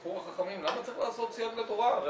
התווכחו החכמים למה צריך לעשות סייג לתורה,